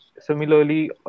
similarly